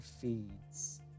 feeds